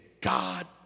God